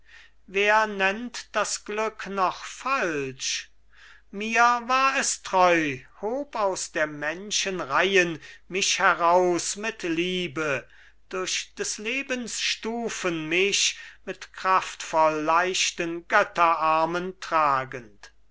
wer nennt das glück noch falsch mir war es treu hob aus der menschen reihen mich heraus mit liebe durch des lebens stufen mich mit kraftvoll leichten götterarmen tragend